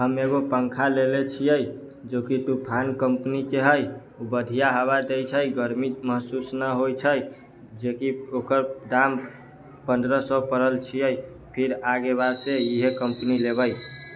हम एगो पङ्खा लेने छियै जोकि तूफान कम्पनीके हइ ओ बढ़िआँ हवा दै छै गरमी महसूस नहि होइ छै जेकि ओकर दाम पन्द्रह सए पड़ल छियै फिर आगे बादसँ इएह कम्पनी लेबै